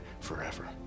forever